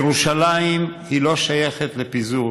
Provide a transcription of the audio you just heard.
ירושלים לא שייכת לפיזור.